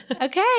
Okay